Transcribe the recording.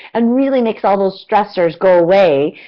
and really makes all those stressors go away.